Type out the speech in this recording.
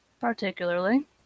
particularly